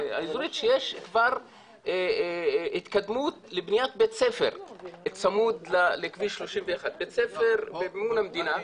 שיש כבר התקדמות לבניית בית ספר צמוד לכביש 31. בית ספר במימון המדינה.